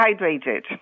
hydrated